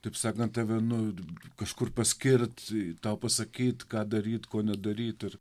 taip sakant tave nu kažkur paskirt tau pasakyt ką daryt ko nedaryt ir